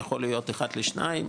יכול להיות אחד לשניים,